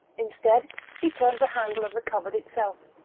instead, he turned the handle of the cupboard itself.